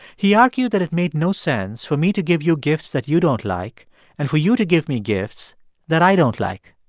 he argued that it made no sense for me to give you gifts that you don't like and for you to give me gifts that i don't like.